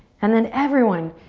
and then everyone,